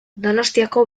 donostiako